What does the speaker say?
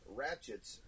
ratchets